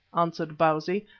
answered bausi,